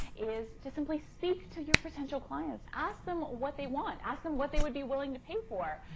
is to simply speak to your potential clients. ask them what they want. ask them what they would be willing to pay for.